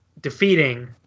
defeating